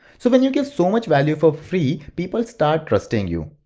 so when you give so much value for free, people start trusting you.